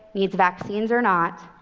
needs vaccines or not,